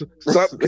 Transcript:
stop